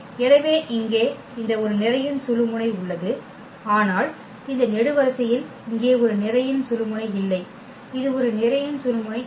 எனவே இங்கே இந்த ஒரு நிரையின் சுழுமுனை உள்ளது ஆனால் இந்த நெடுவரிசையில் இங்கே ஒரு நிரையின் சுழுமுனை இல்லை இது ஒரு நிரையின் சுழுமுனை இல்லை